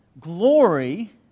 glory